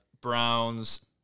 Browns